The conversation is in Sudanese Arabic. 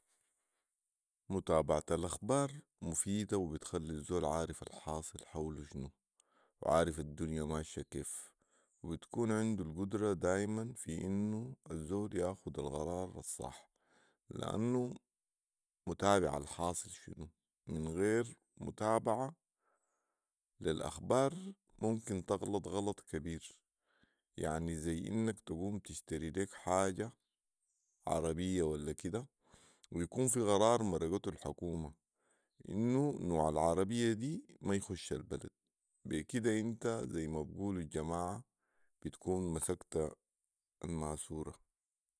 متابعة الاخبار مفيده وبتخلي الزول عارف الحاصل حوله شنو وعارف الدنيا ماشيه كيف وبتكون عنده القدره دايما في انو الزول ياخد القرار الصاح ، لانو متابع الحاصل شنو ، من غير متابعة للاخبار ممكن تغلط غلط كبير، يعني ذي انك تقوم تشتري ليك حاجه عربيه ولاكده ويكون في قرار مرقتوا الحكومه انو نوع العربيه دي ما يخش البلد ، بي كده انت ذي ما بيقولو الجماعه بتكون مسكت الماسوره